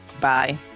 Bye